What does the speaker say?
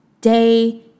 day